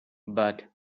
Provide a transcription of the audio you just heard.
but